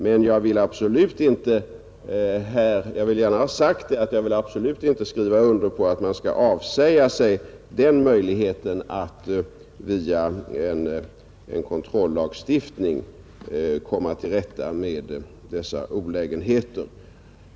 Men jag vill gärna framhålla att jag absolut inte vill skriva under på att man skall avsäga sig möjligheten att via en kontrollagstiftning komma till rätta med dessa olägenheter.